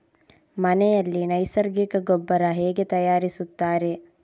ಮನೆಯಲ್ಲಿ ನೈಸರ್ಗಿಕ ಗೊಬ್ಬರ ಹೇಗೆ ತಯಾರಿಸುತ್ತಾರೆ?